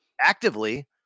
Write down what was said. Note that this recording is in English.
actively